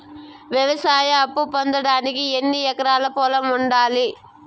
వ్యవసాయ అప్పు పొందడానికి ఎన్ని ఎకరాల పొలం ఉండాలి?